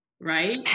right